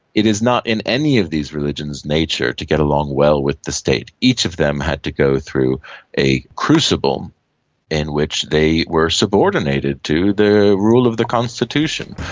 it is not in any of these religions' nature to get along well with the state. each of them had to go through a crucible in which they were subordinated to the rule of the constitution.